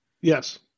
Yes